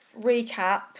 recap